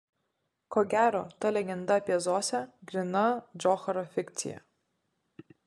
ko gero ta legenda apie zosę gryna džocharo fikcija